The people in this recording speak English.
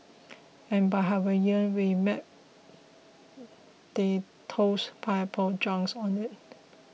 and by Hawaiian we mean they tossed pineapple chunks on it